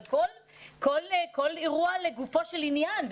אבל כל אירוע לגופו של עניין,